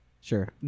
Sure